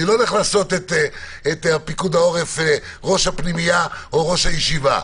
אני לא הולך לעשות את פיקוד העורף ראש הפנימייה או ראש הישיבה,